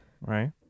right